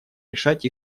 решать